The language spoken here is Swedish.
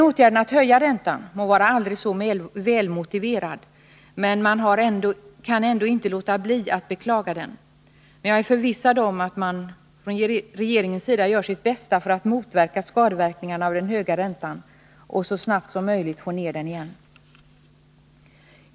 Åtgärden att höja räntan må vara aldrig så välmotiverad, men man kan ändå inte låta bli att beklaga den. Jag är förvissad om att regeringen gör sitt bästa för att motverka skadeverkningarna av den höga räntan och så snabbt som möjligt få ner den igen.